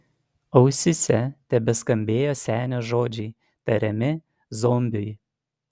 ausyse tebeskambėjo senio žodžiai tariami zombiui